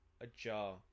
ajar